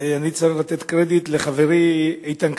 אני צריך לתת קרדיט לחברי איתן כבל,